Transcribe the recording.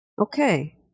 Okay